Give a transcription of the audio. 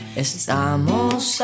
estamos